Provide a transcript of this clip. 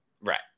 right